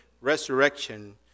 resurrection